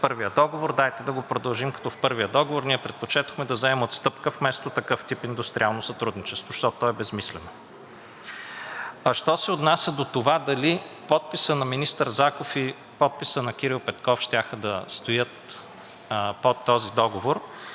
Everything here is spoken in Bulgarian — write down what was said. първия договор, дайте да го продължим като в първия договор. Ние предпочетохме да вземем отстъпка вместо такъв тип индустриално сътрудничество, защото то е безсмислено. А що се отнася до това дали подписът на министър Заков и подписът на Кирил Петков щяха да стоят под този договор,